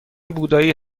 بودایی